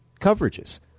coverages